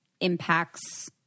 impacts